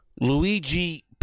luigi